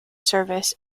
service